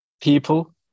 people